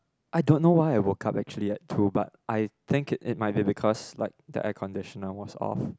I don't know why I woke up actually at two but I think it it might be because like the air conditioner was off